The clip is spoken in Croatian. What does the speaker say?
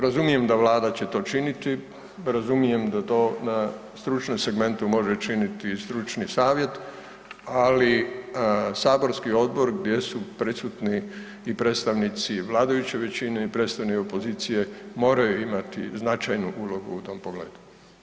Razumijem da Vlada će to činiti, razumijem da to na stručnom segmentu može činiti i stručni savjet ali saborski odbor gdje su prisutni i predstavnici vladajuće većine i predstavnici opozicije, moraju imati značajnu ulogu u tom pogledu.